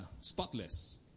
spotless